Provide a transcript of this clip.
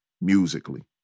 musically